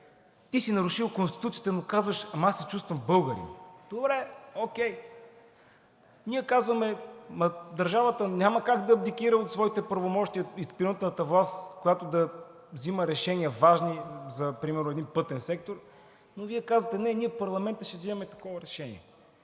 Ти си нарушил Конституцията, но казваш: „Ама, аз се чувствам българин.“ Добре, окей. Ние казваме: „Държавата няма как да абдикира от своите правомощия, изпълнителната власт, която да взима решения, важни за, примерно, един пътен сектор, но Вие казвате: „Не, ние в парламента ще взимаме такова решение.“